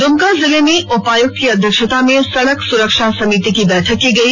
दुमका जिले में उपायुक्त की अध्यक्षता में सड़क सुरक्षा समिति की बैठक की गई